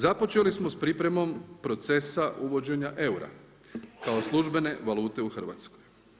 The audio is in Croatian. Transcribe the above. Započeli smo sa pripremom procesa uvođenja eura kao službene valute u Hrvatskoj.